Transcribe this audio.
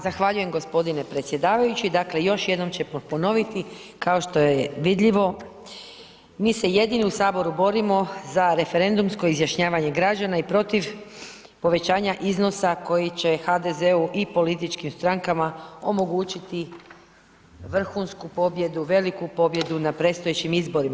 Zahvaljujem gospodine predsjedavajući, dakle još jednom ćemo ponoviti kao što je vidljivo mi se jedini u saboru borimo za referendumsko izjašnjavanje građana i protiv povećanja iznosa koji će HDZ-u i političkim strankama omogućiti vrhunsku pobjedu, veliku pobjedu na predstojećim izborima.